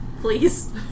Please